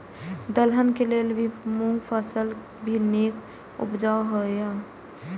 दलहन के लेल भी मूँग फसल भी नीक उपजाऊ होय ईय?